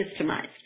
systemized